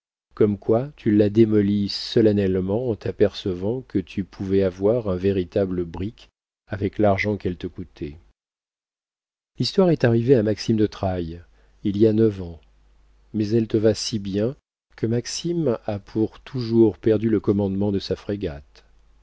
comme quoi tu l'as démolie solennellement en t'apercevant que tu pouvais avoir un véritable brick avec l'argent qu'elle te coûtait l'histoire est arrivée à maxime de trailles il y a neuf ans mais elle te va si bien que maxime a pour toujours perdu le commandement de sa frégate